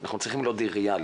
אנחנו צריכים להיות ריאליים.